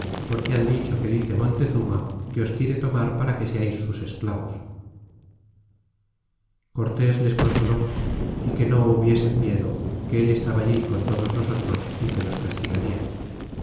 porque han dicho que dice montezuma que os quiere tomar para que seais sus esclavos y cortés les consoló y que no hubiesen miedo que él estaba allí con todos nosotros y que los castigarla